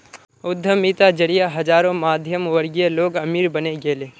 उद्यमिता जरिए हजारों मध्यमवर्गीय लोग अमीर बने गेले